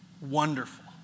wonderful